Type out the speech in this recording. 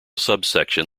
subsection